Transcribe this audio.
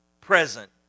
Present